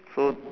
so